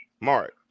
Mark